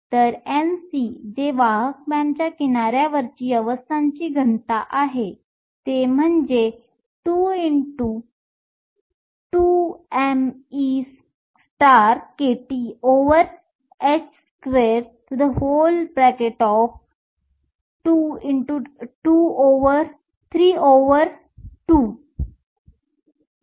तर Nc जे वाहक बँडच्या किनाऱ्यावरची अवस्थांची घनता आहे ते म्हणजे 22πmekTh232 होय